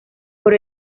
por